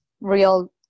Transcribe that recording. real